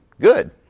good